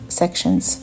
sections